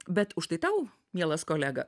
bet už tai tau mielas kolega